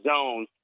zone